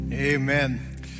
Amen